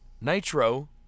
Nitro